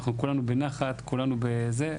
אנחנו כולנו בנחת, כולנו בזה.